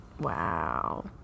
Wow